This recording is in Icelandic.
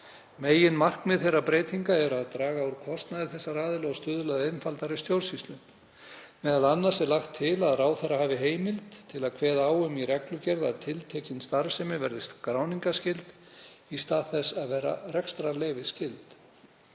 Meginmarkmið þeirra breytinga er að draga úr kostnaði þessara aðila og stuðla að einfaldari stjórnsýslu, m.a. er lagt til að ráðherra hafi heimild til að kveða á um í reglugerð að tiltekin starfsemi verði skráningarskyld í stað þess að vera rekstrarleyfisskyld.